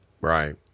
Right